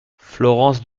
florence